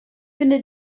finde